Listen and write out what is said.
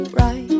right